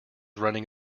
running